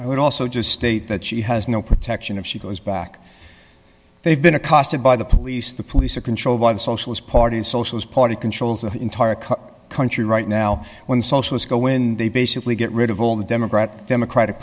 i would also just state that she has no protection if she goes back they've been accosted by the police the police are controlled by the socialist party the socialist party controls the entire country right now when socialists go in they basically get rid of all the democrat democratic